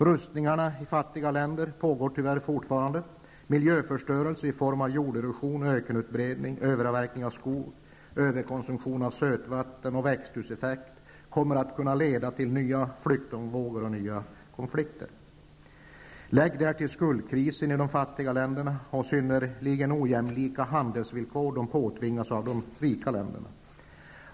Rustningarna i fattiga länder pågår tyvärr fortfarande. Miljöförstörelse i form av jorderosion, ökenutbredning, överavverkning av skog, överkonsumtion av sötvatten och växthuseffekt kan leda till nya flyktingvågor och nya konfliker. Lägg därtill skuldkrisen i de fattiga länderna och de synnerligen ojämlika handelsvillkor som dessa länder påtvingas av de rika länderna.